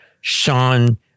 Sean